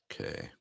Okay